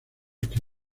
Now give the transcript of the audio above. que